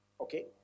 okay